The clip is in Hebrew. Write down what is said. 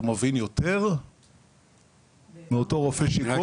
הוא מבין יותר מאותו רופא שיקום?